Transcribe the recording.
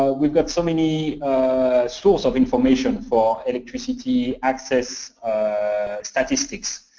ah we've got so many source of information for electricity access statistics.